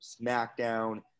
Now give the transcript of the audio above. SmackDown